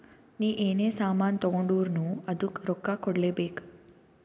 ನೀ ಎನೇ ಸಾಮಾನ್ ತಗೊಂಡುರ್ನೂ ಅದ್ದುಕ್ ರೊಕ್ಕಾ ಕೂಡ್ಲೇ ಬೇಕ್